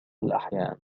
الأحيان